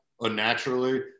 unnaturally